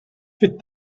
fit